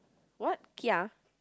what kia